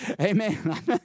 Amen